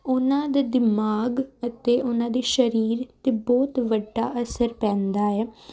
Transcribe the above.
ਉਹਨਾਂ ਦਾ ਦਿਮਾਗ ਅਤੇ ਉਹਨਾਂ ਦੇ ਸਰੀਰ 'ਤੇ ਬਹੁਤ ਵੱਡਾ ਅਸਰ ਪੈਂਦਾ ਹੈ